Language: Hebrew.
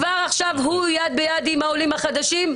כבר עכשיו הוא יד ביד עם העולים החדשים,